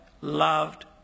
loved